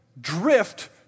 drift